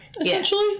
essentially